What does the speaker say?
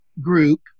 group